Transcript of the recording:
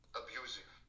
abusive